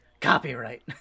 Copyright